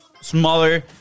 smaller